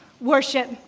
worship